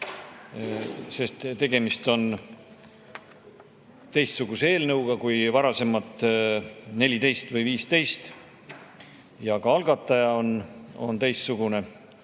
sest tegemist on teistsuguse eelnõuga kui varasemad 14 või 15. Ka algataja on teistsugune,